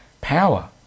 power